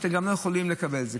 אתם גם לא יכולים לקבל את זה.